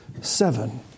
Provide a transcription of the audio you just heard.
seven